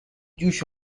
جوش